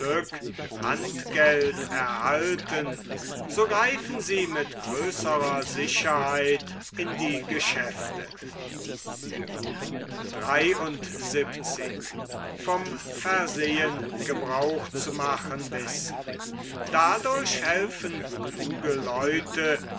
handgeld erhalten so greifen sie mit größrer sicherheit in die geschäfte dadurch helfen kluge leute